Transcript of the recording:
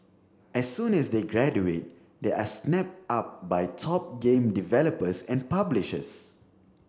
as soon as they graduate they are snapped up by top game developers and publishers